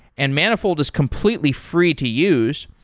and manifold is completely free to use.